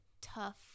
tough